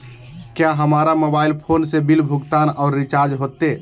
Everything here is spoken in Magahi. क्या हमारा मोबाइल फोन से बिल भुगतान और रिचार्ज होते?